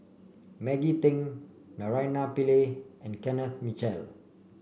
Maggie Teng Naraina Pillai and Kenneth Mitchell